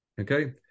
Okay